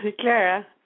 Clara